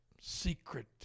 secret